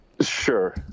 Sure